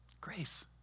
grace